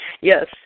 Yes